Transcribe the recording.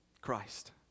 Christ